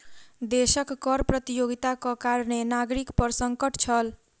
देशक कर प्रतियोगिताक कारणें नागरिक पर संकट छल